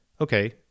Okay